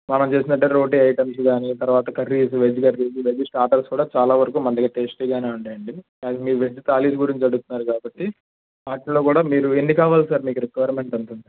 మనం చూసినట్టు అయితే రోటీ ఐటెమ్స్ కానీ తర్వాత curries veg curries veg starters కూడా చాలా వరకు మన దగ్గర టేస్టీగా ఉంటాయండి మీరు వెజ్ థాలిస్ గురించి అడుగుతున్నారు కాబట్టి వాటిలో కూడా మీరు ఎన్ని కావాలి సార్ మీకు రిక్వైర్మెంట్ ఎంత ఉంది